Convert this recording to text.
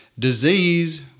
Disease